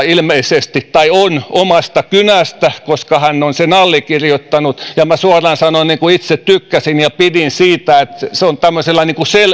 ilmeisesti lapsiasiavaltuutettu kurttilan omasta kynästä koska hän on sen allekirjoittanut ja minä suoraan sanoen itse tykkäsin ja pidin siitä että se on tämmöisellä